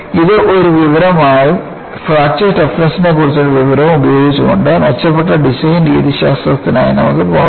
ഇത് ഒരു വിവരമായും ഫ്രാക്ചർ ടഫ്നെസ്ക്കുറിച്ചുള്ള വിവരവും ഉപയോഗിച്ചുകൊണ്ട് മെച്ചപ്പെട്ട ഡിസൈൻ രീതിശാസ്ത്രത്തിനായി നമുക്ക് പോകാം